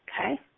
okay